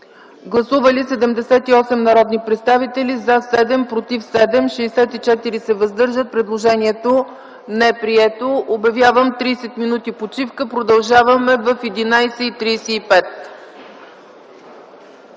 Гласували 78 народни представители: за 7, против 7, въздържали се 64. Предложението не е прието. Обявявам 30 минути почивка, продължаваме в 11,35